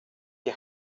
die